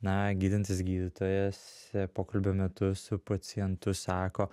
na gydantis gydytojas pokalbio metu su pacientu sako